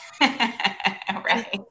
Right